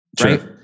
Right